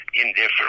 indifferent